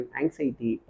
anxiety